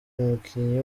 umukinnyi